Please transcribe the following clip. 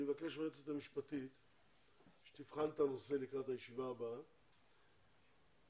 אני מבקש מהיועצת המשפטית שלקראת הישיבה הבאה תבחן את הנושא.